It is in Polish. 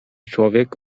człowiek